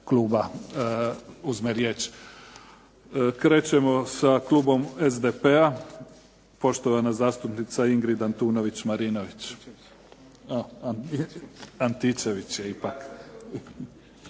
kluba uzme riječ. Krećemo sa klubom SDP-a, poštovana zastupnica Ingrid Antičević-Marinović. **Antičević